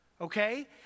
Okay